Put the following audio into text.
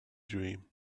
dream